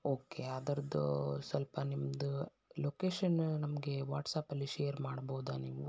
okay ಅದರದು ಸ್ವಲ್ಪ ನಿಮ್ಮದು ಲೊಕೇಷನ ನಮಗೆ ವಾಟ್ಸಾಪಲ್ಲಿ ಶೇರ್ ಮಾಡ್ಬೌದಾ ನೀವು